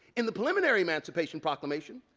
in the preliminary emancipation proclamation,